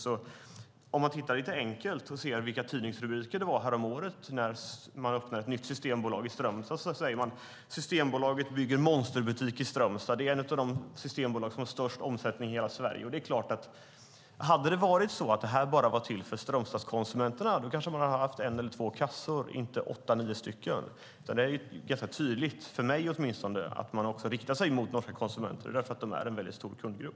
När det öppnades en ny systembolagsbutik i Strömstad häromåret löd en tidningsrubrik: Systembolaget bygger monsterbutik i Strömstad. Det är en av de systembolagsbutiker som har störst omsättning. Hade butiken varit bara för Strömstadskonsumenterna hade det kanske varit en eller två kassor, inte åtta nio stycken. För mig är det tydligt att man också riktar sig mot norska konsumenter eftersom de är en stor kundgrupp.